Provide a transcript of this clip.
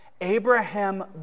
Abraham